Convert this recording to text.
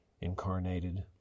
incarnated